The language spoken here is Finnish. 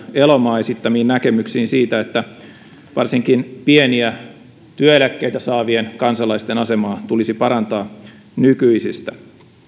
elomaa esittämiin näkemyksiin siitä että varsinkin pieniä työeläkkeitä saavien kansalaisten asemaa tulisi parantaa nykyisestä